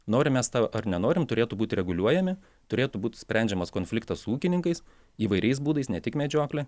norim mes to ar nenorim turėtų būti reguliuojami turėtų būti sprendžiamas konfliktas su ūkininkais įvairiais būdais ne tik medžiokle